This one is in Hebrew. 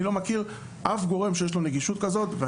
אני לא מכיר אף גורם שיש לו נגישות כזאת.